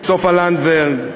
סופה לנדבר,